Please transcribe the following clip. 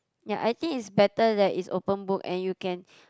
ya I think is better that is open book and you can